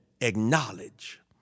acknowledge